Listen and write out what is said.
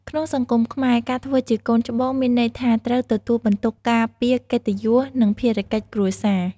ក្នុងសង្គមខ្មែរ ការធ្វើជាកូនច្បងមានន័យថាត្រូវទទួលបន្ទុកការពារកិត្តិយស និងភារកិច្ចគ្រួសារ។